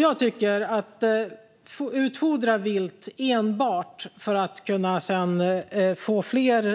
Jag tycker att utfodring av vilt enbart för att få